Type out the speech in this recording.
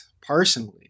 personally